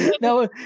No